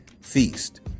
feast